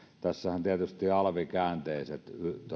tässähän tietysti alvikäänteiset